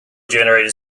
generated